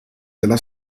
della